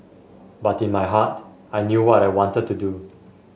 but in my heart I knew what I wanted to do